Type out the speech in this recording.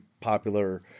popular